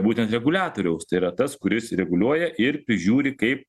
būtent reguliatoriaus tai yra tas kuris reguliuoja ir prižiūri kaip